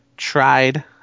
tried